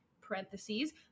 parentheses